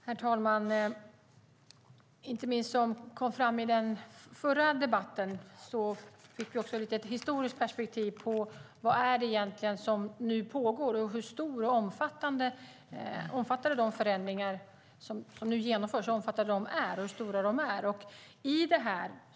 Herr talman! Som framkom i den förra debatten, inte minst, fick vi ett lite historiskt perspektiv på vad det nu är som egentligen pågår och hur stora och omfattande de förändringar som nu genomförs är.